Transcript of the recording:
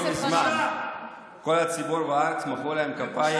שלא מזמן כל הציבור בארץ מחא להם כפיים